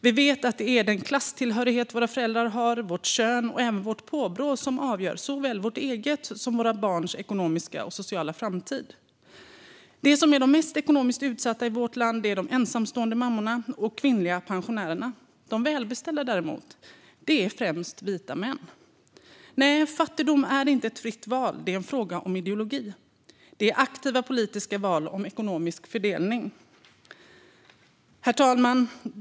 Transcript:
Vi vet att det är den klasstillhörighet våra föräldrar har, vårt kön och även vårt påbrå som avgör såväl vår egen som våra barns ekonomiska och sociala framtid. De som är mest ekonomiskt utsatta i vårt land är de ensamstående mammorna och de kvinnliga pensionärerna. De välbeställda är däremot främst vita män. Nej, fattigdom är inte ett fritt val. Det är en fråga om ideologi och aktiva politiska val rörande ekonomisk fördelning. Herr talman!